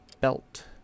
belt